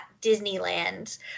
Disneyland